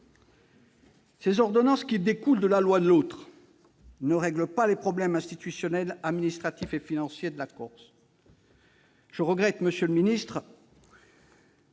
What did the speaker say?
Ces ordonnances, qui découlent donc de la loi NOTRe, ne règlent pas les problèmes institutionnels, administratifs et financiers de la Corse. Monsieur le ministre,